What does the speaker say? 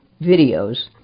videos